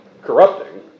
corrupting